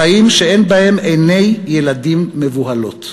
חיים שאין בהם עיני ילדים מבוהלות,